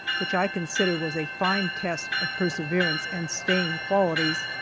which i consider was a fine test of perseverance and staying qualities.